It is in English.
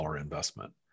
investment